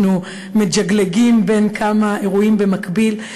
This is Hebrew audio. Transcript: אנחנו מג'גלגים בין כמה אירועים במקביל,